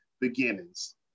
beginnings